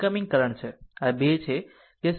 5 i 1 છે અને આ બાજુ 2